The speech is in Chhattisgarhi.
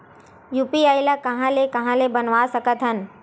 यू.पी.आई ल कहां ले कहां ले बनवा सकत हन?